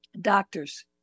doctors